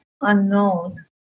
unknown